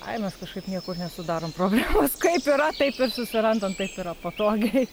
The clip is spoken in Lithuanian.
ai mes kažkaip niekur nesudarom problemos kaip yra taip ir susirandam taip yra patogiai